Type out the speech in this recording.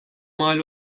mal